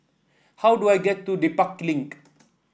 how do I get to Dedap Link